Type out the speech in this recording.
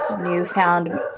newfound